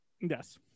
yes